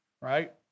right